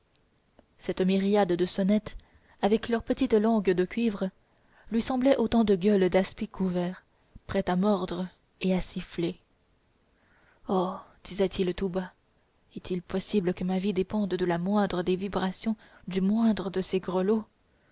cette myriade de sonnettes avec leurs petites langues de cuivre lui semblaient autant de gueules d'aspics ouvertes prêtes à mordre et à siffler oh disait-il tout bas est-il possible que ma vie dépende de la moindre des vibrations du moindre de ces grelots